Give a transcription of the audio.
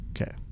Okay